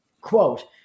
quote